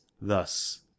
Thus